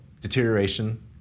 deterioration